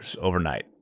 overnight